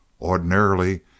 Ordinarily